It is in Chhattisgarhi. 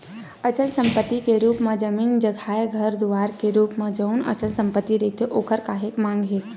अचल संपत्ति के रुप म जमीन जघाए घर दुवार के रुप म जउन अचल संपत्ति रहिथे ओखर काहेक मांग हे